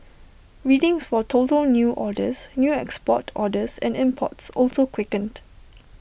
readings for total new orders new export orders and imports also quickened